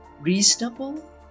Reasonable